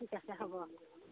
ঠিক আছে হ'ব